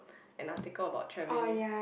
an article about travelling